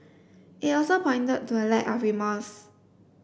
it also pointed to a lack of remorse